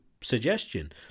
suggestion